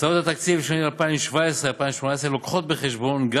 הצעות התקציב לשנים 2017 2018 מביאות בחשבון גם